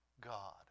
God